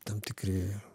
tam tikri